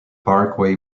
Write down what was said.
parkway